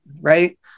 right